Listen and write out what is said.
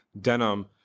denim